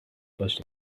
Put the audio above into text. باشین